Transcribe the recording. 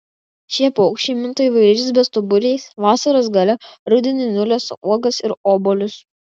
šie paukščiai minta įvairiais bestuburiais vasaros gale rudenį nulesa uogas ir obuolius